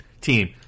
team